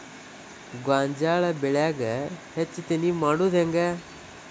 ಗೋಂಜಾಳ ಬೆಳ್ಯಾಗ ಹೆಚ್ಚತೆನೆ ಮಾಡುದ ಹೆಂಗ್?